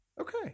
Okay